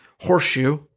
horseshoe